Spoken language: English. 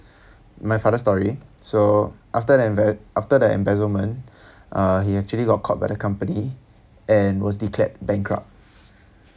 my father's story so after the embezzle~ after the embezzlement uh he actually got caught by the company and was declared bankrupt